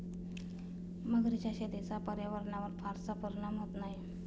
मगरीच्या शेतीचा पर्यावरणावर फारसा परिणाम होत नाही